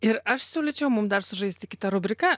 ir aš siūlyčiau mum dar sužaisti kitą rubriką